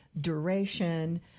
duration